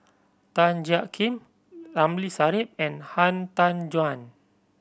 Tan Jiak Kim Ramli Sarip and Han Tan Juan